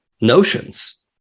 notions